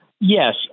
yes